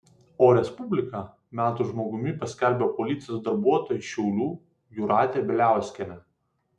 o respublika metų žmogumi paskelbė policijos darbuotoją iš šiaulių jūratę bieliauskienę